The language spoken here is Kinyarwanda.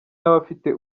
n’abafite